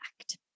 act